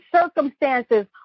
circumstances